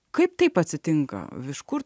kaip taip atsitinka iš kur